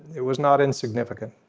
it was not insignificant